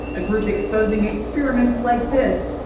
a group exposing experiments like this.